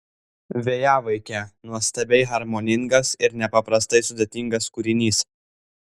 vėjavaikė nuostabiai harmoningas ir nepaprastai sudėtingas kūrinys